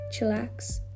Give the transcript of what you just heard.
chillax